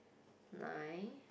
my